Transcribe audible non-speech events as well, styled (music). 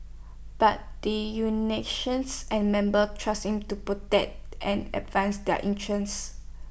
but the (unintelligible) and members trusted him to protect and advance their interests